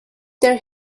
their